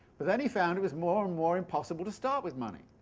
but then he found it was more and more impossible to start with money.